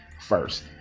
first